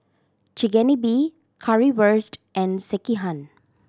Chigenabe Currywurst and Sekihan